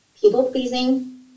people-pleasing